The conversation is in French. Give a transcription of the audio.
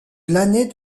l’année